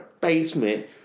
basement